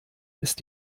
ist